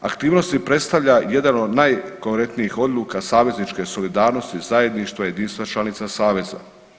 Aktivnosti predstavlja jedan od najkorektnijih odluka savezničke solidarnosti zajedništva jedinstva članica Saveza.